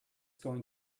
going